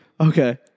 Okay